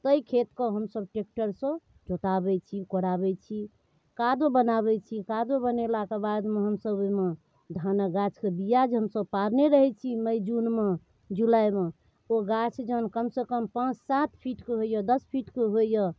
तै खेत कऽ हमसब ट्रेक्टरसँ जोताबैत छी कोराबैत छी कादो बनाबैत छी कादो बनेलाक बादमे हमसब ओहिमे धानकऽ गाछ कऽ बिआ जे हमसब पारने रहैत छी मइ जूनमे जुलाइमे ओ गाछ जहन कमसँ कम पाँच सात फीटके होइए दश फीट कऽ होइए